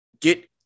get